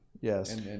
Yes